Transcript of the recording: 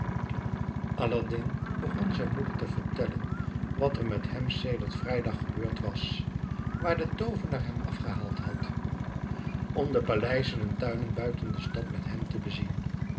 aladdin begon zijn moeder te vertellen wat er met hem sedert vrijdag gebeurd was waar de toovenaar hem afgehaald had om de paleizen en tuinen buiten de stad met hem te bezien